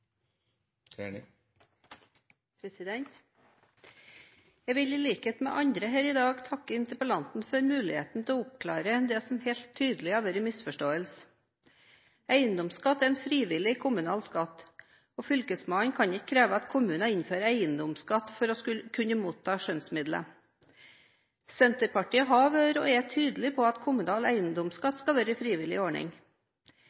Jeg vil i likhet med andre her i dag takke interpellanten for muligheten til å oppklare det som helt tydelig har vært en misforståelse. Eiendomsskatt er en frivillig kommunal skatt, og Fylkesmannen kan ikke kreve at kommuner innfører eiendomsskatt for å kunne motta skjønnsmidler. Senterpartiet har vært og er tydelig på at kommunal